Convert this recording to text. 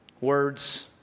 words